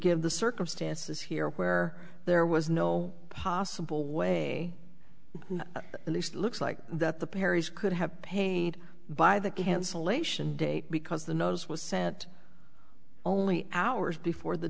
give the circumstances here where there was no possible way this looks like that the perrys could have painted by the cancellation date because the nose was sent only hours before the